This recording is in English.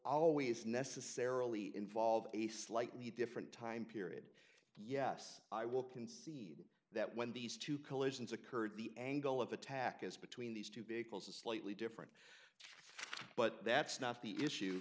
always necessarily involve a slightly different time period yes i will concede that when these two collisions occurred the angle of attack is between these two because a slightly different but that's not the issue